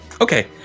Okay